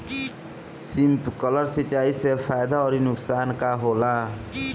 Sprinkler सिंचाई से फायदा अउर नुकसान का होला?